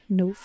no